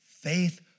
Faith